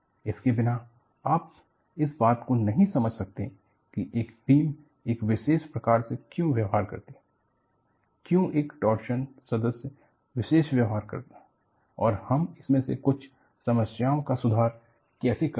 इसके बिना आप इस बात को नहीं समझ सकते हैं कि एक बीम एक विशेष प्रकार से क्यों व्यवहार करती है क्यों एक टॉर्सन सदस्य विशेष व्यवहार करता है और हम इनमें से कुछ संरचनाओं का सुधार कैसे करते हैं